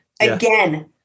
again